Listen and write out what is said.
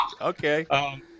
Okay